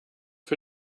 für